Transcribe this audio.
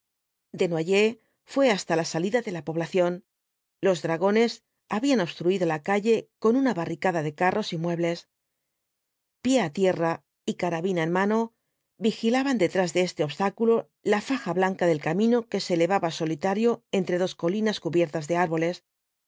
desnoyers fué hasta la salida de la población los dragones habían obstruido la calle con una barricada de carros y muebles pie á tierra y carabina en mano vigilaban detrás de este obstáculo la faja blanca del camino que se elevaba solitario entre dos colinas cubiertas de árboles